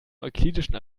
euklidischen